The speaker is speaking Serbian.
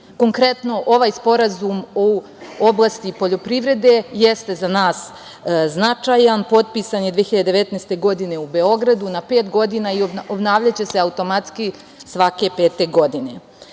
Konkretno, ovaj Sporazum o oblasti poljoprivrede jeste za nas značajan. Potpisan je 2019. godine u Beogradu na pet godina i obnavljaće se automatski svake pete